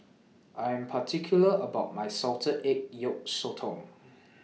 I Am particular about My Salted Egg Yolk Sotong